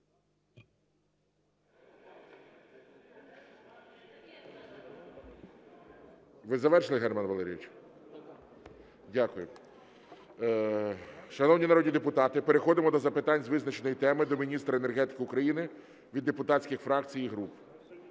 Ви завершили, Германе Валерійовичу? Дякую. Шановні народні депутати, переходимо до запитань з визначеної теми до міністра енергетики України від депутатських фракцій і груп.